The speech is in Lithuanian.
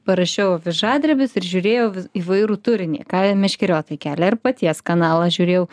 parašiau avižadrebis ir žiūrėjau v įvairų turinį ką ten meškeriotojai kelia ir paties kanalą žiūrėjau